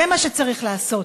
זה מה שצריך לעשות,